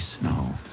No